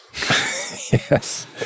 Yes